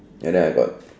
ya and then I got